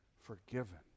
forgiven